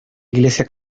iglesia